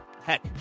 Heck